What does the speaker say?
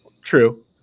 True